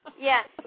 Yes